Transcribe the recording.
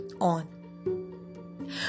on